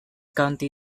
county